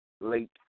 late